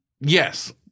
Yes